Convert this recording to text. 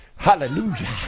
Hallelujah